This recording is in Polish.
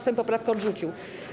Sejm poprawkę odrzucił.